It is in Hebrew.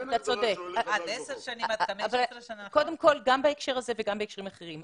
אני רוצה לומר משהו גם בהקשר הזה וגם בהקשרים אחרים.